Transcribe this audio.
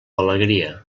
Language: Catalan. alegria